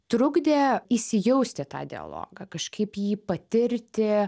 trukdė įsijausti į tą dialogą kažkaip jį patirti